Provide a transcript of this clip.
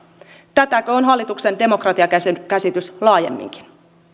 tätäkö on hallituksen demokratiakäsitys laajemminkin